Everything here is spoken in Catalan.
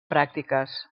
pràctiques